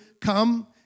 come